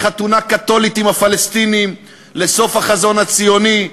לחתונה קתולית עם הפלסטינים, לסוף החזון הציוני,